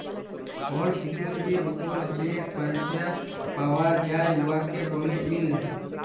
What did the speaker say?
call সিকিউরিটির উপর যে পইসা পাউয়া যায় উয়াকে ব্যলে ইল্ড